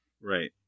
Right